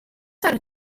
are